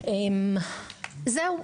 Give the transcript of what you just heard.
זהו,